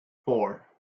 four